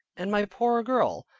and my poor girl,